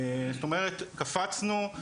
זאת אומרת קפצנו,